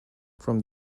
from